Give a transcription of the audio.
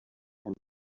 and